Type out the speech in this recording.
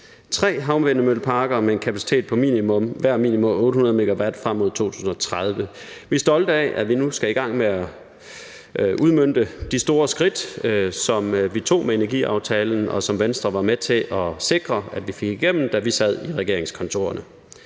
tre havvindmølleparker, hver med en kapacitet på 800 MW, frem mod 2030. Vi er stolte af, at vi nu skal i gang med at udmønte de store skridt, som vi tog med energiaftalen, og som Venstre var med til at sikre vi fik igennem, da vi sad i regeringskontorerne.